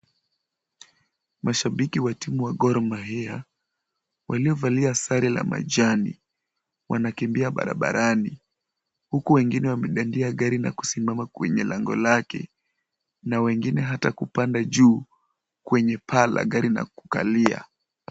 Mashabiki wa timu wa Gor Mahia, waliovalia sare la majani, wanakimbia barabarani, huku wengine wamedandia gari na kusimama kwenye lango lake, na wengine hata kupanda juu kwenye paa la gari na kukalia.